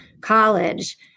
college